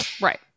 Right